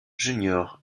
juniors